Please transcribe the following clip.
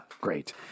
great